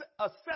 assess